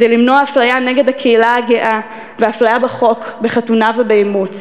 למנוע אפליה נגד הקהילה הגאה ואפליה בחוק בחתונה ובאימוץ,